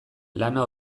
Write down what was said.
lana